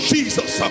Jesus